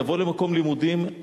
יבוא למקום לימודים,